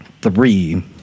Three